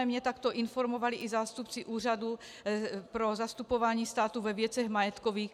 Mě takto informovali i zástupci Úřadu pro zastupování státu ve věcech majetkových.